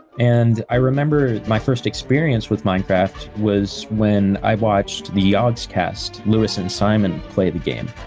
and i remember my first experiences with minecraft was when i watched the yogscast, lewis and simon, play the game.